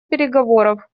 переговоров